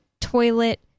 toilet